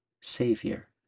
Savior